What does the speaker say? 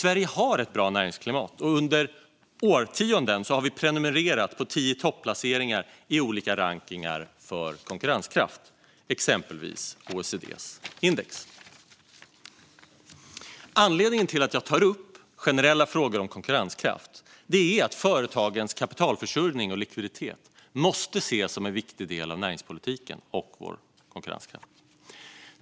Sverige har ett bra näringslivsklimat, och under årtionden har vi prenumererat på tio-i-topp-placeringar i olika rankningar för konkurrenskraft, exempelvis OECD:s index. Anledningen till att jag tar upp generella frågor om konkurrenskraft är att företagens kapitalförsörjning och likviditet måste ses som en viktig del av näringspolitiken och vår konkurrenskraft.